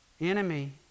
enemy